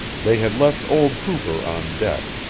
they had left old hooper on deck.